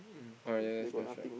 oh really that's that's right